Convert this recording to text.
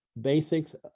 basics